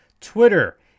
Twitter